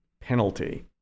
penalty